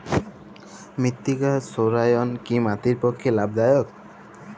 মৃত্তিকা সৌরায়ন কি মাটির পক্ষে লাভদায়ক?